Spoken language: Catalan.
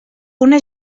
una